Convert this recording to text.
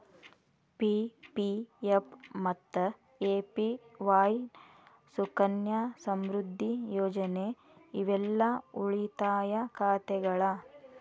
PPF ಮತ್ತ APY Sukanya Samriddhi ಯೋಜನೆ ಇವೆಲ್ಲಾ ಉಳಿತಾಯ ಖಾತೆಗಳ